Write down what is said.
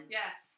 yes